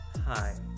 Hi